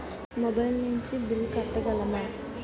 Mobile నుంచి bill కట్టగలమ?